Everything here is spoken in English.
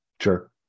Sure